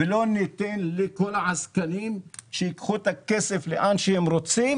לא ניתן לכל העסקנים שייקחו את הכסף לאן שהם רוצים